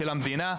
של המדינה,